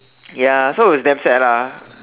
ya so it's damn sad ah